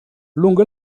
lungo